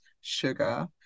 sugar